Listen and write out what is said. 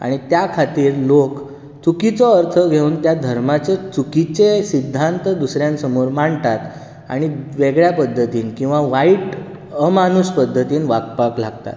आनी त्या खातीर लोक चुकीचो अर्थ घेवन त्या धर्माचे चुकीचे सिद्धांत दुसऱ्यां समोर मांडटात आनी वेगळ्या पद्धतीन किंवा वायट अमानूस पद्धतीन वागपाक लागतात